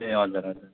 ए हजुर हजुर